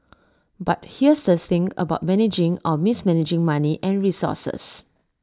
but here's the thing about managing or mismanaging money and resources